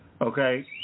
Okay